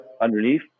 underneath